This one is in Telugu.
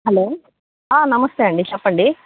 హలో నమస్తే అండి చెప్పండి